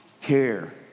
care